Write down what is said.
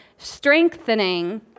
strengthening